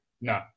No